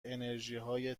انرژیهای